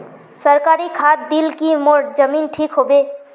सरकारी खाद दिल की मोर जमीन ठीक होबे?